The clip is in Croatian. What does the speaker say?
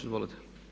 Izvolite.